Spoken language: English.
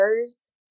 others